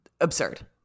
Absurd